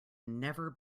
never